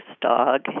dog